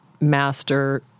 master